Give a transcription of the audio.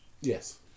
Yes